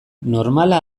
normala